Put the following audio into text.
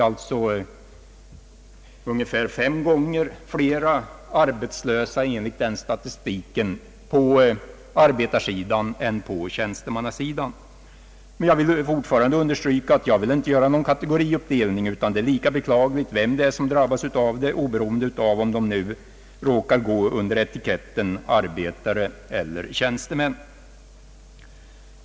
Arbetslösheten bland arbetarna är alltså enligt den statistiken ungefär fem gånger större än på tjänstemannasidan. Jag understryker igen att jag inte vill ha någon kategoriklyvning, utan vi skall här handla oavsett om vederbörande har etiketten arbetare eller tjänstemän.